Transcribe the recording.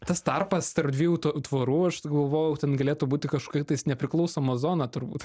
tas tarpas tarp dviejų to tvorų aš galvojau ten galėtų būti kažkokia tais nepriklausomo zona turbūt